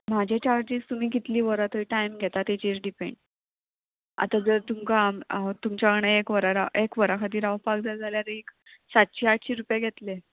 म्हाजे चार्जीस तुमी कितलीं वरां थंय टायम घेता तेजेर डिपेंड आतां जर तुमकां तुमच्या वांगडा एक वरां राव खातीर रावपाक जाय जाल्यार एक सातशी आठशीं रुपया घेतलें